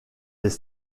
des